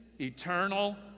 eternal